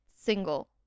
single